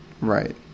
Right